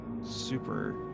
super